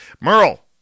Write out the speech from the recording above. merle